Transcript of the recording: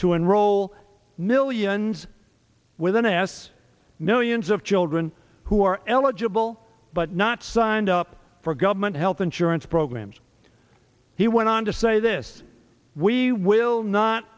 to enroll millions with an s millions of children who are eligible but not signed up for government health insurance programs he went on to say this we will not